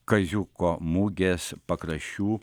kaziuko mugės pakraščių